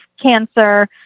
cancer